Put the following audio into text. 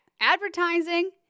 advertising